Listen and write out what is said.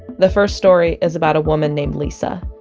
the first story is about a woman named lisa.